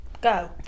go